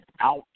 Ouch